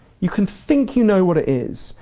you can think you know what it is,